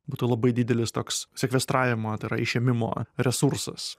būtų labai didelis toks sekvestravimo tai yra išėmimo resursas